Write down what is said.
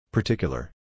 Particular